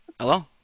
Hello